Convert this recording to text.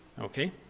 okay